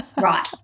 Right